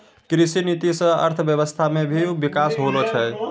कृषि नीति से अर्थव्यबस्था मे भी बिकास होलो छै